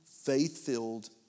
faith-filled